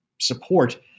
support